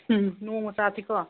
ꯎꯝ ꯅꯣꯡꯃ ꯆꯥꯁꯤꯀꯣ